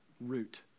root